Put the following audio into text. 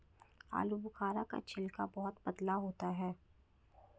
आलूबुखारा का छिलका बहुत पतला होता है